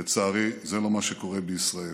לצערי, זה לא מה שקורה בישראל.